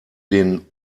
den